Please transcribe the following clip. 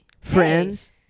friends